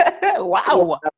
Wow